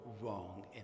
wrong